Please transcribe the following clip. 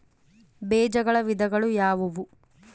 ಬೇಜಗಳ ವಿಧಗಳು ಯಾವುವು?